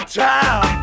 town